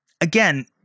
again